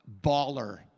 baller